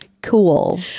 cool